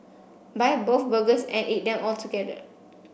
buy both burgers and eat them together